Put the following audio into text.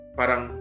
parang